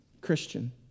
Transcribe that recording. Christian